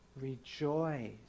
rejoice